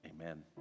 Amen